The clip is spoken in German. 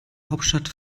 hauptstadt